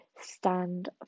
stand